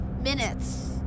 minutes